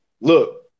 Look